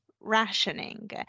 rationing